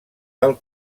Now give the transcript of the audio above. del